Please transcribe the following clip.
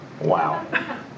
Wow